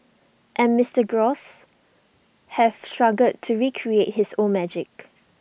and Mister gross have struggled to recreate his old magic